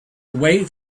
away